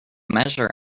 measure